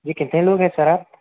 جی کتنے لوگ ہیں سر آپ